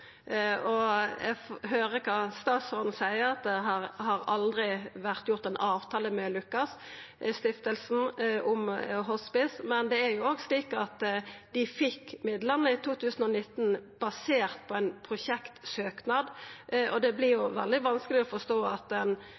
høyrer kva statsråden seier, at det aldri har vore gjort ein avtale med Lukas Stiftelsen om hospice. Men det er òg slik at dei fekk midlane i 2019 basert på ein prosjektsøknad. Det vert veldig vanskeleg å forstå at ein